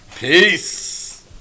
Peace